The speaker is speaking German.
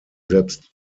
selbst